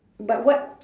but what